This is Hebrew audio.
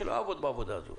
שלא יעבוד בעבודה הזאת,